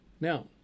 Now